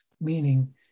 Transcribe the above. meaning